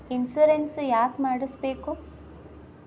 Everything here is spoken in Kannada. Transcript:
ಇನ್ಶೂರೆನ್ಸ್ ಯಾಕ್ ಮಾಡಿಸಬೇಕು?